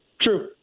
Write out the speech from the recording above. True